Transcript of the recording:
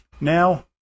Now